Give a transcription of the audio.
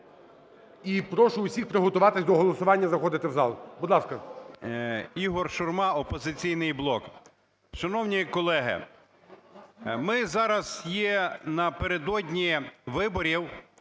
І прошу всіх приготуватись до голосування, заходити в зал. Будь ласка. 16:22:43 ШУРМА І.М. Ігор Шурма, "Опозиційний блок". Шановні колеги, ми зараз є напередодні виборів,